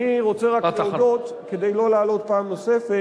אני רוצה רק להודות, כדי לא לעלות פעם נוספת.